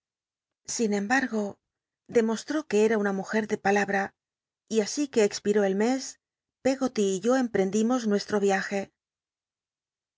sin embargo demostró que era una mujer de palabra y así que expiró el mes peggoly y yo emprendimos nuesh'o viaje